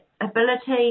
ability